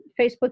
Facebook